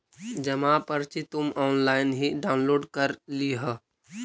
जमा पर्ची तुम ऑनलाइन ही डाउनलोड कर लियह